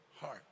heart